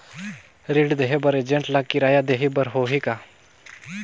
ऋण देहे बर एजेंट ला किराया देही बर होही का?